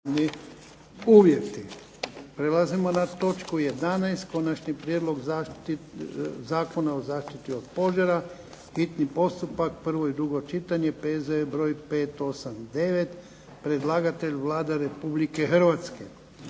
(HDZ)** Prelazimo na točku 11. - Konačni prijedlog zakona o zaštiti od požara, hitni postupak, prvo i drugo čitanje, P.Z.E. br. 589 Predlagatelj Vlada Republike Hrvatske.